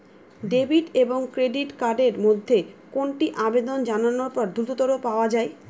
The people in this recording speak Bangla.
ডেবিট এবং ক্রেডিট কার্ড এর মধ্যে কোনটি আবেদন জানানোর পর দ্রুততর পাওয়া য়ায়?